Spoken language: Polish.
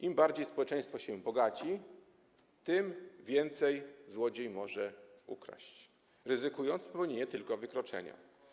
Im bardziej społeczeństwo się bogaci, tym więcej złodziej może ukraść, ryzykując popełnienie tylko wykroczenia.